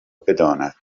بداند